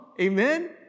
Amen